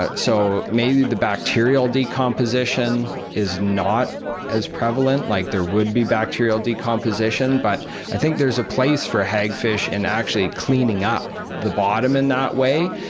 ah so maybe the bacterial decomposition is not as prevalent. like there would be bacterial decomposition, but i think there's a place for hagfish in actually cleaning up the bottom in that way,